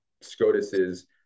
SCOTUS's